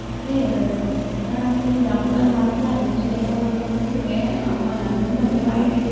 इतलें हें जाता कारण आमी ते ह्या बुकान वाचला न्हीय सो ताका लागून तो खूब हें मनांतल्यान सामकें वायट दिसता आमकां